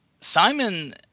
Simon